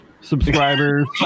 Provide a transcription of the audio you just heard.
subscribers